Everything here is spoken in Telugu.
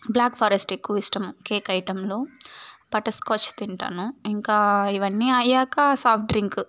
బ్లాక్ ఫారెస్ట్ ఎక్కువ ఇష్టం కేక్ ఐటెంలో బటర్ స్కాచ్ తింటాను ఇంకా ఇవన్నీ అయ్యాక సాఫ్ట్ డ్రింకు